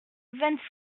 vingt